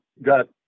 got